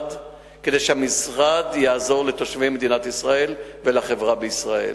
למשרד כדי שהמשרד יעזור לתושבי מדינת ישראל ולחברה בישראל.